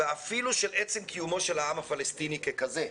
ואפילו של עצם קיומו של העם הפלסטיני ככזה.